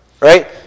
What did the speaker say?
Right